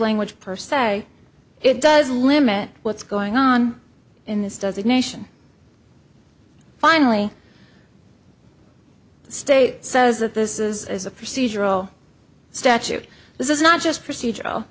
language per se it does limit what's going on in this does it nation finally state says that this is a procedural statute this is not just procedural